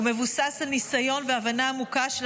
הוא מבוסס על ניסיון והבנה עמוקה של